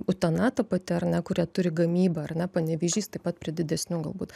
utena ta pati ar ne kurie turi gamybą ar ne panevėžys taip pat prie didesnių galbūt